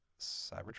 Cybertron